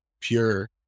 pure